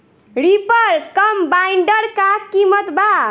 Reaper कम्बाइंडर का किमत बा?